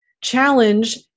challenge